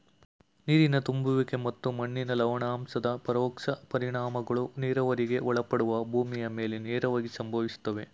ನೀರು ತುಂಬುವಿಕೆ ಮತ್ತು ಮಣ್ಣಿನ ಲವಣಾಂಶದ ಪರೋಕ್ಷ ಪರಿಣಾಮಗಳು ನೀರಾವರಿಗೆ ಒಳಪಡುವ ಭೂಮಿಯ ಮೇಲೆ ನೇರವಾಗಿ ಸಂಭವಿಸ್ತವೆ